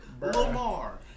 lamar